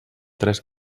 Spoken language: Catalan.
tres